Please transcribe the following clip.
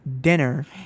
dinner